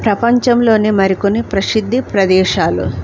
ప్రపంచంలోనే మరికొన్ని ప్రసిద్ధి ప్రదేశాలు